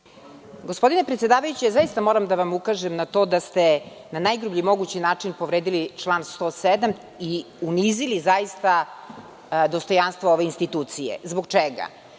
Gospodine predsedavajući ja zaista moram da vam ukažem na to da ste na najgrublji mogući način povredili član 107. i unizili zaista dostojanstvo ove institucije. Zbog čega? Vi